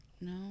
No